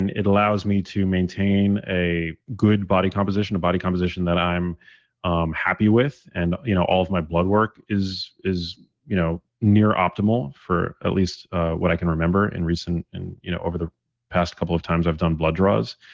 and it allows me to maintain a good body composition, a body composition that i'm um happy with, and you know all of my blood work is is you know near optimal for at least what i can remember and and you know over the past couple of times i've done blood draws,